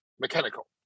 mechanical